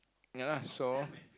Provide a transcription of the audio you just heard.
ya lah so